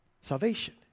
salvation